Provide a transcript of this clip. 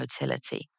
motility